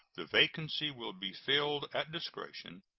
the vacancy will be filled at discretion.